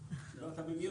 לשחור.